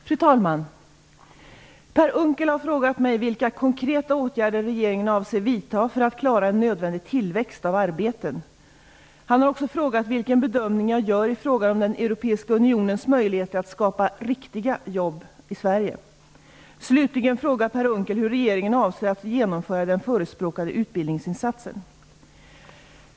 Fru talman! Per Unckel har frågat mig vilka konkreta åtgärder regeringen avser vidta för att klara en nödvändig tillväxt av arbeten. Han har också frågat vilken bedömning jag gör i fråga om den europeiska unionens möjligheter att skapa riktiga jobb i Sverige. Slutligen frågar Per Unckel hur regeringen avser att genomföra den förespråkade utbildningsinsatsen.